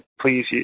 please